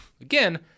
again